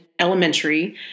elementary